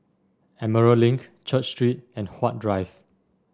Emerald Link Church Street and Huat Drive